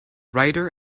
writer